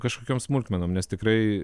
kažkokiom smulkmenom nes tikrai